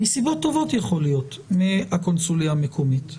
יכול להיות מסיבות טובות - מהקונסוליה המקומית.